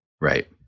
Right